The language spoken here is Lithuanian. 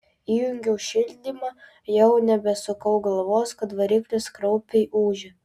įjungiau šildymą jau nebesukau galvos kad variklis kraupiai ūžia